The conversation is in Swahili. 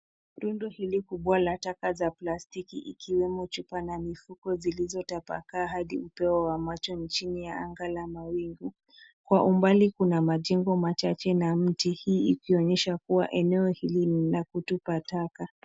Rundo hili kubwa la taka za plastiki ikiwemo chupa na mifuko zilizotapakaa hadi upeo wa macho chini ya anga la mawingu. Kwa umbali kuna majengo machache na mti hii ikionyejsa kuwa eneo hili ni la kutupa taka.